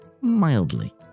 Mildly